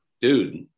dude